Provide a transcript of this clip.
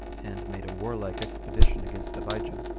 and made a warlike expedition against abijah,